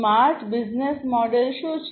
smart business model શું છે